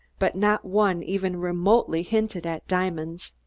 but not one even remotely hinted at diamonds.